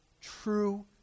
true